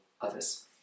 others